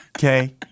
Okay